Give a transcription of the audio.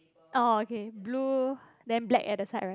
oh okay blue then black at the side right